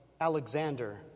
Alexander